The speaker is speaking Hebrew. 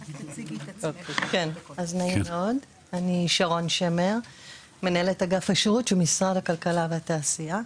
לא, לא, משרד הכלכלה והתעשייה.